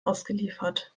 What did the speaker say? ausgeliefert